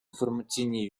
інформаційній